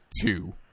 two